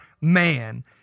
man